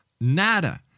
Nada